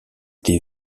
des